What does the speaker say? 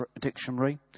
dictionary